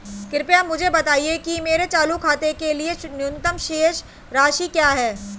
कृपया मुझे बताएं कि मेरे चालू खाते के लिए न्यूनतम शेष राशि क्या है